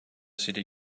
city